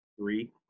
three